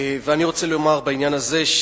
ואני רוצה לומר בעניין הזה,